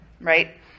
right